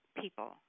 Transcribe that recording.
people